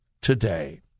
today